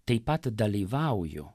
taip pat dalyvauju